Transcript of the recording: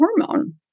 hormone